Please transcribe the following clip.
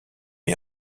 est